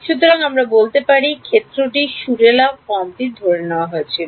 সুতরাং আমরা বলতে পারি ক্ষেত্রটির সুরেলা ফর্মটি ধরে নেওয়া হয়েছিল